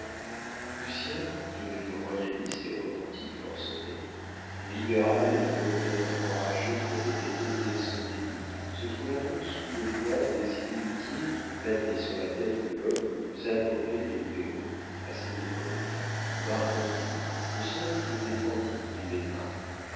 lucien devenu royaliste et romantique forcené de libéral et de voltairien enragé qu'il avait été dès son début se trouva donc sous le poids des inimitiés qui planaient sur la tête de l'homme le plus abhorré des libéraux à cette époque de martinville le seul qui le défendît